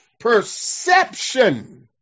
perception